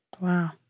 Wow